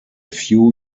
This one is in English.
few